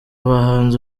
bahanzi